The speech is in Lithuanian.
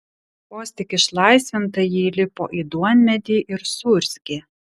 vos tik išlaisvinta ji įlipo į duonmedį ir suurzgė